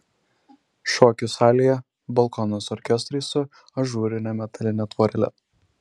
šokių salėje balkonas orkestrui su ažūrine metaline tvorele